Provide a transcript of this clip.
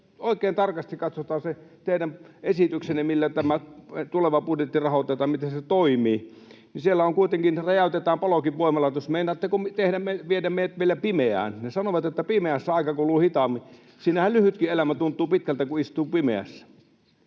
oikein tarkasti katsotaan se teidän esityksenne, millä tämä tuleva budjetti rahoitetaan, miten se toimii, niin siellä kuitenkin räjäytetään Palokin voimalaitos. Meinaatteko viedä meidät vielä pimeään? Ne sanovat, että pimeässä aika kuluu hitaammin — siinähän lyhytkin elämä tuntuu pitkältä, kun istuu pimeässä.